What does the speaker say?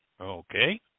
Okay